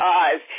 eyes